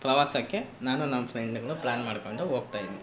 ಪ್ರವಾಸಕ್ಕೆ ನಾನು ನಮ್ಮ ಫ್ರೆಂಡ್ಗಳು ಪ್ಲಾನ್ ಮಾಡಿಕೊಂಡು ಹೋಗ್ತಾಯಿದ್ವಿ